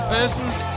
Persons